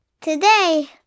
Today